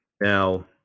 now